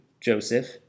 Joseph